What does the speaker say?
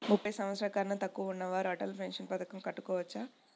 ముప్పై సంవత్సరాలకన్నా తక్కువ ఉన్నవారు అటల్ పెన్షన్ పథకం కట్టుకోవచ్చా?